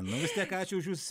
nu vis tiek ačiū už jus